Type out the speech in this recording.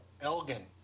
Elgin